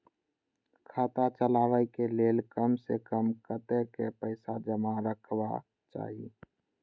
खाता चलावै कै लैल कम से कम कतेक पैसा जमा रखवा चाहि